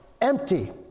empty